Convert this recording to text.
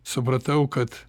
supratau kad